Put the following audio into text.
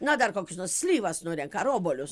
na dar kokius nors slyvas nurenka ar obuolius